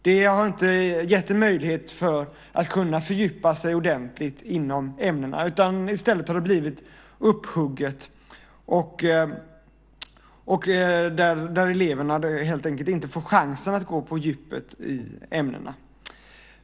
Det har inte gett eleverna möjlighet att fördjupa sig ordentligt inom ämnena. I stället har det blivit upphugget, och eleverna får helt enkelt inte chansen att gå på djupet i ämnena.